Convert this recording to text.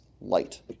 light